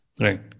Right